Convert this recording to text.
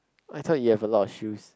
I thought you have a lot of shoes